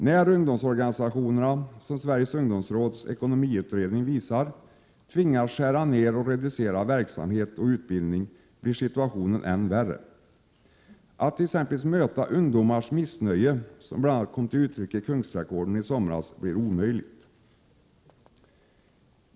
När ungdomsorganisationerna, som Sveriges ungdomsråds ekonomiutredning visar, tvingas skära ned verksamhet och utbildning blir situationen än värre. Att försöka möta ungdomarnas missnöje, som bl.a. kom till uttryck i Kungsträdgården i somras, blir omöjligt.